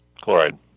Chloride